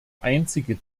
einzige